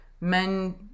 men